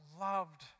loved